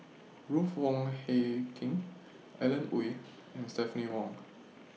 Ruth Wong Hie King Alan Oei and Stephanie Wong